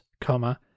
comma